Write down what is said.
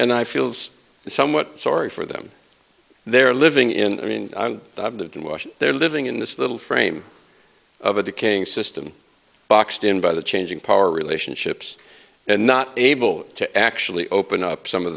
and i feels somewhat sorry for them they're living in i mean i've been watching they're living in this little frame of a decaying system boxed in by the changing power relationships and not able to actually open up some of